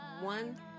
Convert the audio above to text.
one